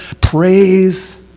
praise